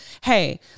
hey